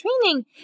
training